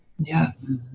Yes